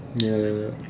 ya